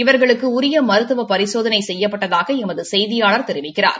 இவர்களுக்கு உரிய மருத்துவ பரிசோதனை செய்யப்பட்டதாக எமது செய்தியாளர் தெரிவிக்கிறார்